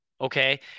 okay